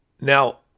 Now